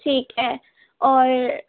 ٹھیک ہے اور